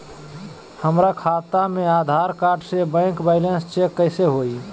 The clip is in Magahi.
हमरा खाता में आधार कार्ड से बैंक बैलेंस चेक कैसे हुई?